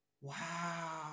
wow